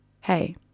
Hey